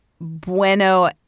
bueno